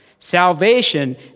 Salvation